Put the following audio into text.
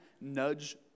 nudge